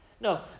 No